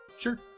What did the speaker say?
sure